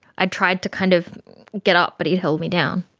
i tried to kind of get up but he held me down.